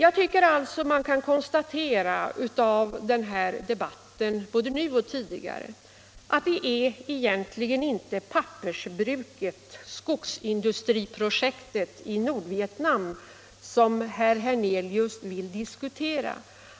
Av denna och tidigare debatter i biståndsfrågan tycker jag mig kunna konstatera att det egentligen inte är pappersbruket och skogsindustriprojektet i Nordvietnam som herr Hernelius vill diskutera.